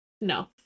No